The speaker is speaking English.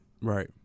Right